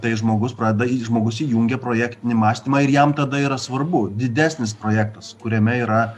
tai žmogus pradeda į žmogus įjungia projektinį mąstymą ir jam tada yra svarbu didesnis projektas kuriame yra